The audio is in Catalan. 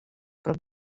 prop